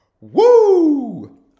Woo